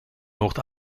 noord